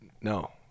No